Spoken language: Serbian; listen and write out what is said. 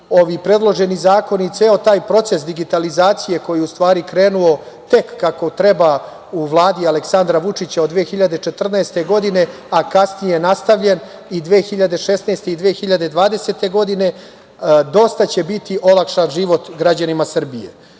ovi predloženi zakoni ceo taj proces digitalizacije koji je u stvari krenuo tek kako treba u Vladi Aleksandra Vučića od 2014. godine, a kasnije nastavljen i 2016. i 2020. godine, dosta će biti olakšan život građanima Srbije.